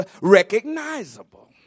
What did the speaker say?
recognizable